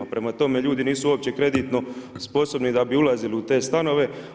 Prema tome, ljudi nisu uopće kreditno sposobni da bi ulazili u te stanove.